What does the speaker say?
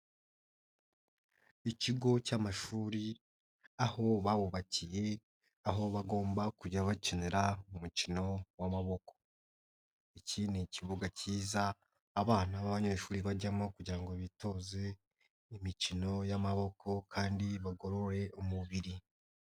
Ikigo cy'amashuri aho bawubakiye aho bagomba kujya bakinira umukino w'amaboko. Iki ni kibuga kiza abana b'abanyeshuri bajyamo kugira ngo bitoze imikino y'amaboko kandi bagororere umubiri.